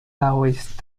daoist